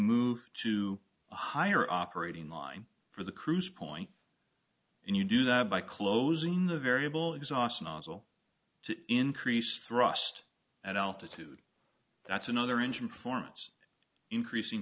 move to a higher operating line for the cruise point and you do that by closing the variable exhaust to increase thrust at altitude that's another engine performance increasing